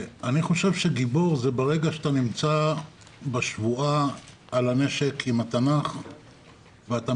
גיבור זה ברגע שאתה נמצא בשבועה על הנשק עם התנ"ך ואתה